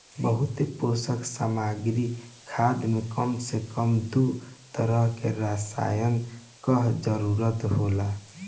बहुपोषक सामग्री खाद में कम से कम दू तरह के रसायन कअ जरूरत होला